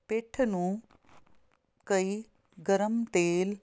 ਪਿੱਠ ਨੂੰ ਕਈ ਗਰਮ ਤੇਲ